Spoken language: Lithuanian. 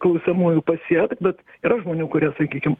klausiamųjų pasiekt bet yra žmonių kurie sakykim